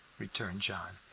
returned john,